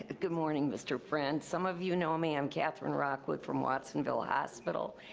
ah good morning mr. friend. some of you know me. i'm kathryn rockwood from watsonville hospital.